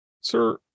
Sir